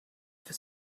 for